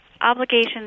obligations